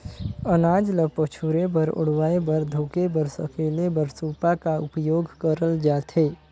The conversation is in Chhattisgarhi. अनाज ल पछुरे बर, उड़वाए बर, धुके बर, सकेले बर सूपा का उपियोग करल जाथे